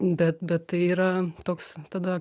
bet bet tai yra toks tada